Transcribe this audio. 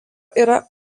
yra